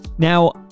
Now